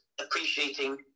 appreciating